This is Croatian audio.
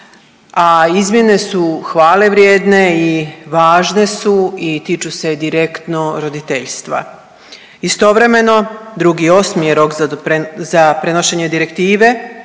a izmjene su hvalevrijedne i važne su i tiču se direktno roditeljstva. Istovremeno 2.8. je rok za prenošenje direktive